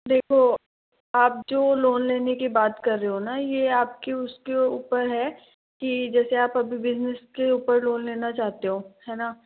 देखो आप जो लोन लेने की बात कर रहे हो ना ये आपके उसके ऊपर है कि जैसे आप अभी बिजनेस के ऊपर लोन लेना चाहते हो है ना